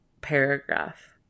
paragraph